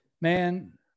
man